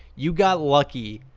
you got lucky,